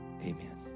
amen